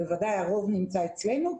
בוודאי הרוב נמצא אצלנו.